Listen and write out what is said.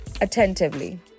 attentively